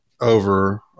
over